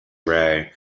rae